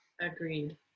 agreed